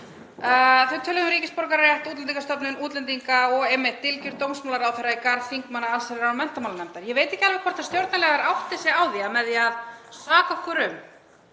Þau töluðu um ríkisborgararétt, Útlendingastofnun, útlendinga og dylgjur dómsmálaráðherra í garð þingmanna allsherjar- og menntamálanefndar. Ég veit ekki alveg hvort stjórnarliðar átti sig á því, að með því að saka okkur um